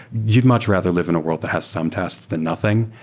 you'd much rather live in a world that has some tests than nothing.